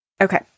Okay